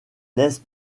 laisse